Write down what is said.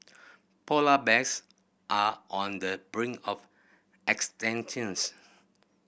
polar bears are on the brink of